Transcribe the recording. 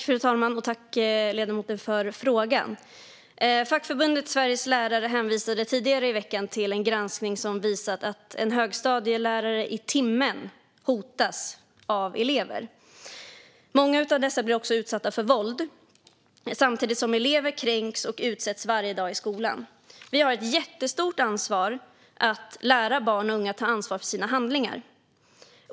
Fru talman! Jag tackar ledamoten för frågan. Fackförbundet Sveriges Lärare hänvisade tidigare i veckan till en granskning som visar att en högstadielärare i timmen hotas av elever, och många av dem blir också utsatta för våld. Samtidigt kränks elever varje dag i skolan. Vi har ett jättestort ansvar att lära barn och unga att ta ansvar för sina handlingar.